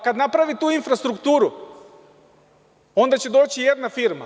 Kad napravi tu infrastrukturu, onda će doći jedna firma.